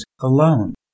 alone